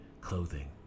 clothing